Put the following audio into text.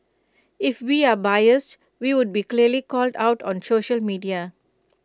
if we are biased we would be clearly called out on social media